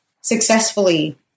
successfully